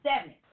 seven